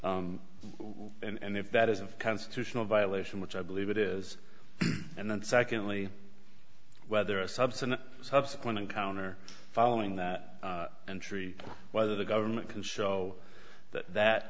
and if that is a constitutional violation which i believe it is and then secondly whether a subsequent subsequent encounter following that entry whether the government can show that